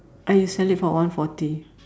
oh you sell it for all forty